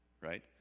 right